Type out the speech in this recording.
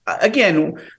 again